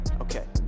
okay